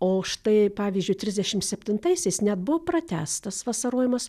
o štai pavyzdžiui trisdešim septintaisiais net buvo pratęstas vasarojimas